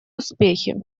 успехи